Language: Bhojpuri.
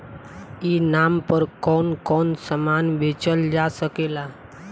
ई नाम पर कौन कौन समान बेचल जा सकेला?